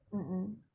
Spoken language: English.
a'ah